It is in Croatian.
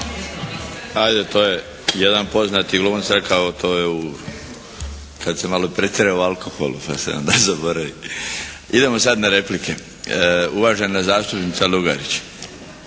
Ajde to je jedan poznati glumac rekao to je kad se malo pretjera u alkoholu pa se onda zaboravi. Idemo sad na replike. Uvažena zastupnica Lugarić.